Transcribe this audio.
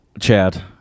Chad